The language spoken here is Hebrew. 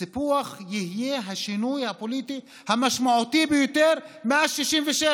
הסיפוח יהיה השינוי הפוליטי המשמעותי ביותר מאז 1967,